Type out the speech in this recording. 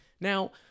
Now